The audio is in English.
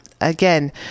again